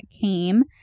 came